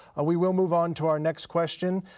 we will move on to our next question.